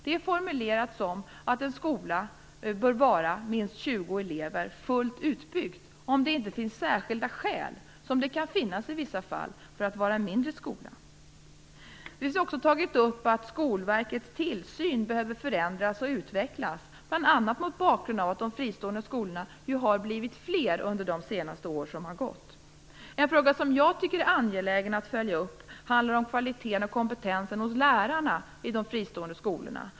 Det är formulerat så att en fullt utbyggd skola bör ha minst 20 elever om det inte finns särskilda skäl - vilket det kan finnas i vissa fall - för att det skall vara en mindre skola. Vi har också tagit upp att Skolverkets tillsyn behöver förändras och utvecklas, bl.a. mot bakgrund av att de fristående skolorna har blivit fler under de senaste åren. En fråga som jag tycker är angelägen att följa upp handlar om kvaliteten och kompetensen hos lärarna i de fristående skolorna.